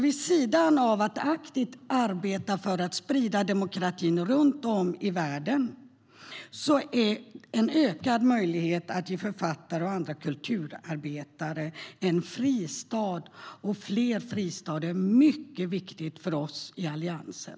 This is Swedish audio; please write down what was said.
Vid sidan av att aktivt arbeta för att sprida demokratin runt om i världen är en ökad möjlighet att ge författare och andra kulturarbetare en fristad - och fler fristäder - mycket viktigt för oss i Alliansen.